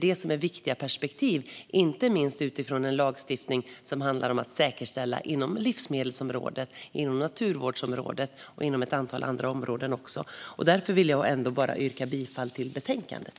Det är viktiga perspektiv, inte minst mot bakgrund av en lagstiftning som handlar om att säkerställa detta inom livsmedelsområdet, naturvårdsområdet och ett antal andra områden. Därför vill jag yrka bifall till betänkandet.